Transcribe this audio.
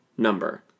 number